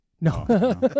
No